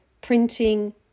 printing